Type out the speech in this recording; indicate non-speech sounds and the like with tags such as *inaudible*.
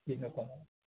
*unintelligible*